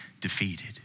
defeated